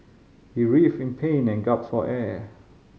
he writhed in pain and for air